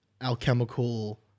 alchemical